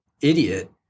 idiot